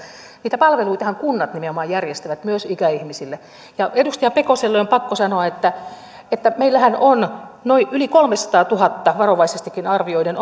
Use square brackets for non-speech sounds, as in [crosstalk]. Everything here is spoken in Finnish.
niitä palveluitahan kunnat nimenomaan järjestävät myös ikäihmisille edustaja pekoselle on pakko sanoa että että meillähän on yli kolmesataatuhatta varovaisestikin arvioiden [unintelligible]